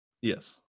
Yes